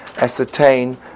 ascertain